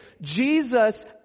Jesus